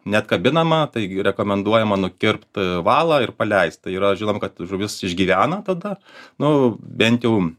neapkabinama taigi rekomenduojama nukirpt valą ir paleist tai yra žinom kad žuvis išgyvena tada nu bent jau